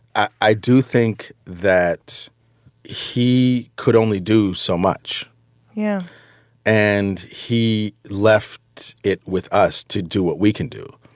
i do think that he could only do so much yeah and he left it with us to do what we can do.